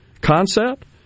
concept